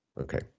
Okay